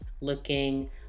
looking